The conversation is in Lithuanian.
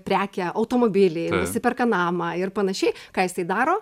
prekę automobilį nusiperka namą ir panašiai ką jisai daro